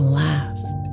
last